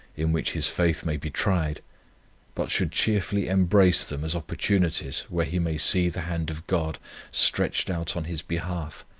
in which his faith may be tried but should cheerfully embrace them as opportunities where he may see the hand of god stretched out on his behalf,